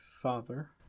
father